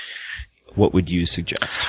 what would you suggest?